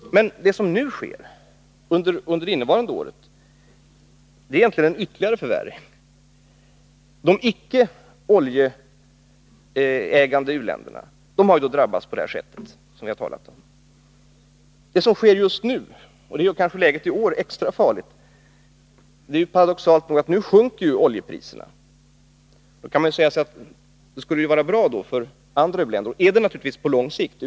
Men det som sker under innevarande år är egentligen ett ytterligare förvärrande. De icke oljeägande u-länderna har drabbats på det sätt som vi har talat om. Det som sker just nu, och som kanske gör läget i år extra farligt, är paradoxalt nog att oljepriserna sjunker. Man kan säga sig att detta skulle vara bra för andra u-länder, och det är det utan tvivel på lång sikt.